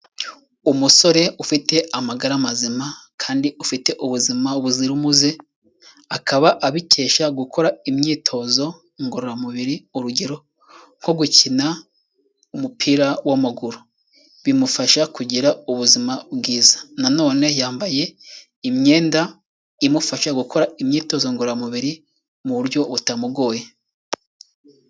Umusore ufite amagara mazima kandi ufite ubuzima buzira umuze akaba abikesha gukora imyitozo ngororamubiri, urugero nko gukina umupira w'amaguru bimufasha kugira ubuzima bwiza, na none yambaye imyenda imufasha gukora imyitozo ngororamubiri mu buryo butamugoye.